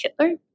Hitler